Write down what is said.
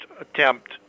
attempt